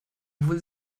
obwohl